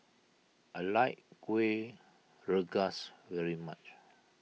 I like Kueh Rengas very much